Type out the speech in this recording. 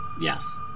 Yes